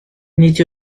nid